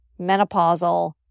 menopausal